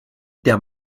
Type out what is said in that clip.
der